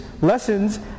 lessons